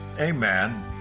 Amen